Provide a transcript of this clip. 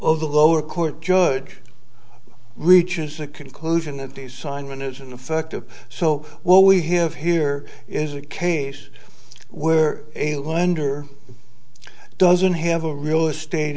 of the lower court judge reaches a conclusion that the simon is in effect of so what we have here is a case where a lender doesn't have a real estate